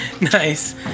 nice